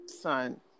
Son